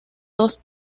dos